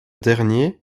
dernier